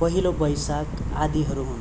पहिलो वैशाख आदिहरू हुन्